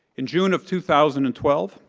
in june of two thousand and twelve,